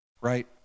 right